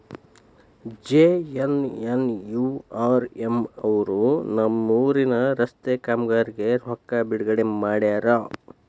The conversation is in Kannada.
ಜೆ.ಎನ್.ಎನ್.ಯು.ಆರ್.ಎಂ ಅವರು ನಮ್ಮೂರಿನ ರಸ್ತೆ ಕಾಮಗಾರಿಗೆ ರೊಕ್ಕಾ ಬಿಡುಗಡೆ ಮಾಡ್ಯಾರ